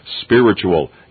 spiritual